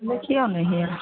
देखिऔ ने यै